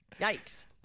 Yikes